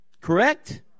Correct